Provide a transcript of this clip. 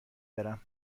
برم